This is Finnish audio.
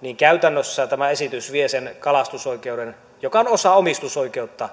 niin käytännössä tämä esitys vie sen kalastusoikeuden joka on osa omistusoikeutta